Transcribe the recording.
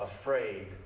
afraid